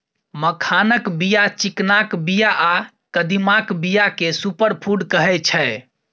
मखानक बीया, चिकनाक बीया आ कदीमाक बीया केँ सुपर फुड कहै छै